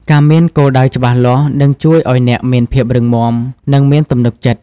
ការមានគោលដៅច្បាស់លាស់នឹងជួយឲ្យអ្នកមានភាពរឹងមាំ និងមានទំនុកចិត្ត ។